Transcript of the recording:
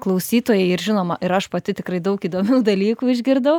klausytojai ir žinoma ir aš pati tikrai daug įdomių dalykų išgirdau